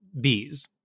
bees